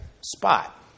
spot